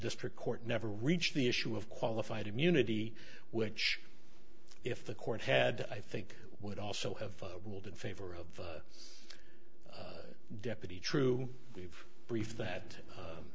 district court never reached the issue of qualified immunity which if the court had i think would also have ruled in favor of the deputy true we've brief that